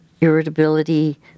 irritability